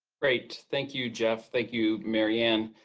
great. thank you, jeff. thank you, mary ann.